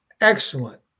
Excellent